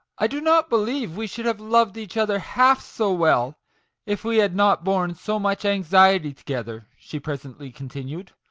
i do not believe we should have loved each other half so well if we had not borne so much anxiety together she presently continued,